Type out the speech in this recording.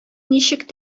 ничек